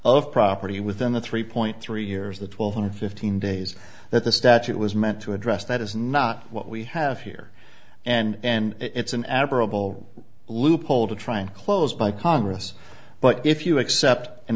of property within the three point three years the twelve and fifteen days that the statute was meant to address that is not what we have here and it's an aboriginal loophole to try and close by congress but if you accept an